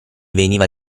veniva